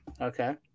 Okay